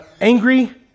angry